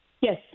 Yes